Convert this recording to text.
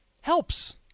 helps